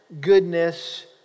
goodness